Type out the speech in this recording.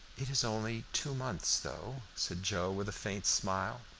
it is only two months, though, said joe, with a faint smile.